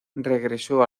regresó